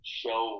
show